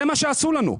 זה מה שעשו לנו.